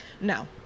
No